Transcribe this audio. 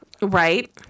Right